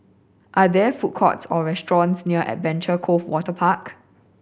are there food courts or restaurants near Adventure Cove Waterpark